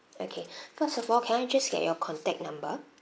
okay first of all can I just get your contact number